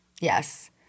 Yes